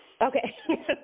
Okay